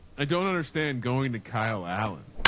i don't understand going to kyle allen.